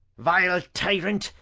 vile tyrant!